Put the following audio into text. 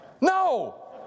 No